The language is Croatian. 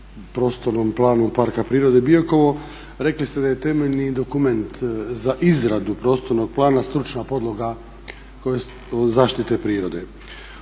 prostornom planu Parka prirode Biokovo. Rekli ste da je temeljni dokument za izradu prostornog plana stručna podloga zaštite prirode.